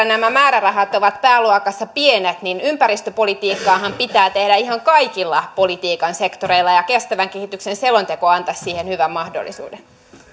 nämä määrärahat ovat pääluokassa pienet niin ympäristöpolitiikkaahan pitää tehdä ihan kaikilla politiikan sektoreilla ja ja kestävän kehityksen selonteko antaisi siihen hyvän mahdollisuuden